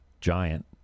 giant